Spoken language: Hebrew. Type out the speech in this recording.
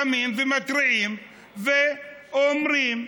קמים ומתריעים ואומרים: